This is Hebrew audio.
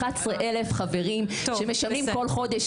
11,000 חברים שמשלמים כל חודש,